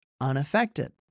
unaffected